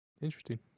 interesting